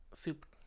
soup